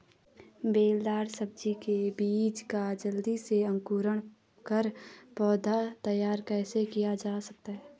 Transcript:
बेलदार सब्जी के बीजों का जल्दी से अंकुरण कर पौधा तैयार कैसे किया जा सकता है?